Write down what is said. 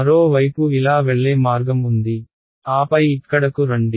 మరో వైపు ఇలా వెళ్లే మార్గం ఉంది ఆపై ఇక్కడకు రండి